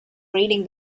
reading